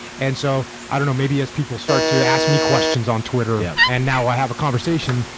and so i don't know, maybe as people start to ask me questions on twitter yeah and now i have a conversation,